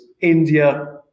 India